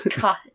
god